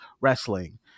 wrestling